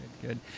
Good